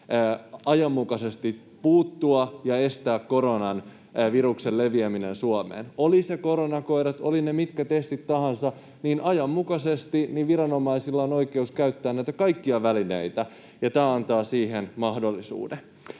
ajanmukaisesti puuttua ja estää koronaviruksen leviäminen Suomeen. Oli koronakoirat, oli mitkä testit tahansa, ajanmukaisesti viranomaisilla on oikeus käyttää näitä kaikkia välineitä, ja tämä antaa siihen mahdollisuuden.